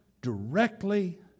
directly